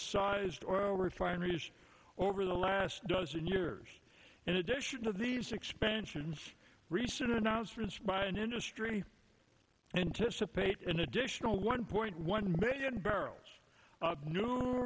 sized oil refineries over the last dozen years in addition to these expansions recent announcements by an industry anticipate an additional one point one million barrels